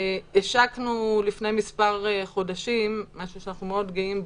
השקנו לפני מספר חודשים משהו שאנחנו מאוד גאים בו.